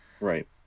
Right